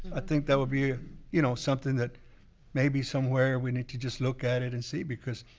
i think that would be ah you know something that maybe somewhere we need to just look at it and see because,